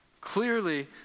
Clearly